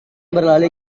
berlari